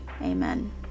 amen